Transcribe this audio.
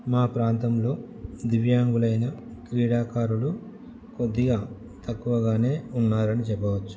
మా ప్రాంతంలో దివ్యాంగులైన క్రీడాకారులు కొద్దిగా తక్కువగా ఉన్నారని చెప్పవచ్చు